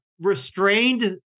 restrained